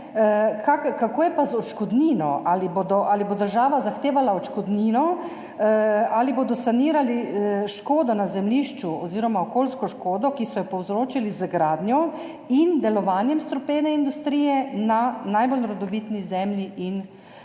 kako je pa z odškodnino. Ali bo država zahtevala odškodnino ali bodo sanirali škodo na zemljišču oziroma okoljsko škodo, ki so jo povzročili z gradnjo in delovanjem strupene industrije na najbolj rodovitni zemlji z